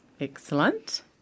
Excellent